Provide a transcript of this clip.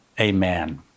amen